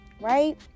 right